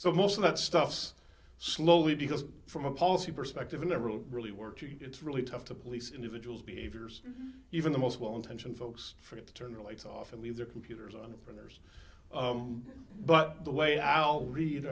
so most of that stuff's slowly because from a policy perspective it never really works it's really tough to police individuals behaviors even the most well intentioned folks forget to turn their lights off and leave their computers on the printers but the way i'll lead